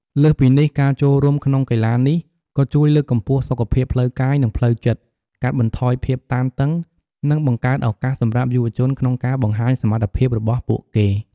លើសពីនេះ ការចូលរួមក្នុងកីឡានេះក៏ជួយលើកកម្ពស់សុខភាពផ្លូវកាយ និងផ្លូវចិត្ត កាត់បន្ថយភាពតានតឹង និងបង្កើតឱកាសសម្រាប់យុវជនក្នុងការបង្ហាញសមត្ថភាពរបស់ពួកគេ។